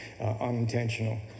unintentional